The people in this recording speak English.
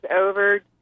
over